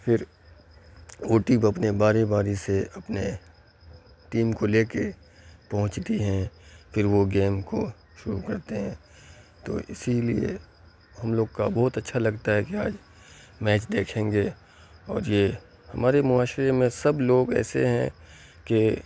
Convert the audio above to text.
پھر وہ ٹیم اپنے باری باری سے اپنے ٹیم کو لے کے پہنچتی ہیں پھر وہ گیم کو شروع کرتے ہیں تو اسی لیے ہم لوگ کا بہت اچھا لگتا ہے کہ آج میچ دیکھیں گے اور یہ ہمارے معاشرے میں سب لوگ ایسے ہیں کہ